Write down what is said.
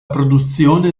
produzione